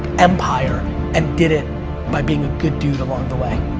empire and did it by being a good dude along the way.